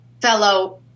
fellow